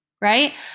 right